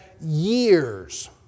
years